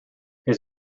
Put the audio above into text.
his